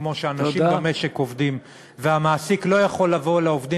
כמו שאנשים במשק עובדים והמעסיק לא יכול לבוא לעובדים